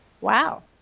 wow